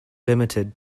limited